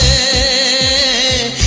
a